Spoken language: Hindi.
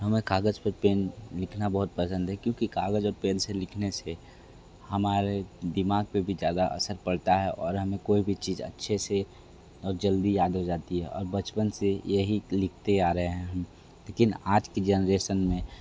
हमें कागज़ पर पेन लिखना बहुत पसंद है क्योंकि कागज़ और पेन से लिखने से हमारे दिमाग़ पर भी ज़्यादा असर पड़ता है और हमें कोई भी चीज़ अच्छे से और जल्दी याद हो जाती है और बचपन से यही लिखते आ रहे हैं हम लेकिन आज की जनरेसन में